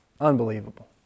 Unbelievable